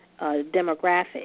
demographic